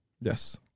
Yes